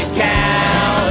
cow